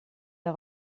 der